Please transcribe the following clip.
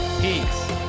Peace